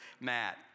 Matt